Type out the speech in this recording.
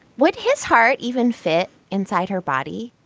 what his heart even fit inside her body